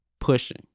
pushing